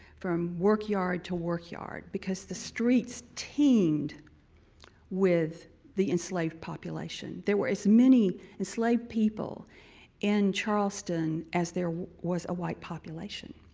from work yard to work yard, because the streets teemed with the enslaved population. there were as many enslaved people in charleston as there was a white population.